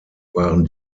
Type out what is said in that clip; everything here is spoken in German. waren